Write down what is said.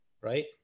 right